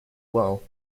well